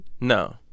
No